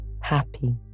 happy